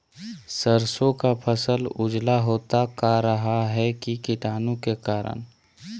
सरसो का पल उजला होता का रहा है की कीटाणु के करण?